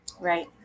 right